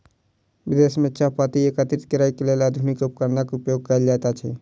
विदेश में चाह पत्ती एकत्रित करैक लेल आधुनिक उपकरणक उपयोग कयल जाइत अछि